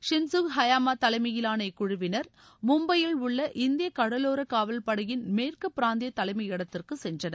ஷின்சுக் Hayama தலைமையிலான இக்குழுவினா் மும்பையில் உள்ள இந்திய கடலோர காவல்படையின் மேற்கு பிராந்திய தலைமையிடத்திற்கு சென்றனர்